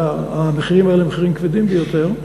המחירים האלה הם מחירים כבדים ביותר.